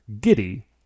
Giddy